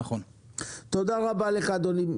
תודה רבה לך אדוני.